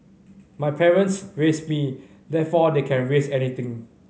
my parents raised me therefore they can raise anything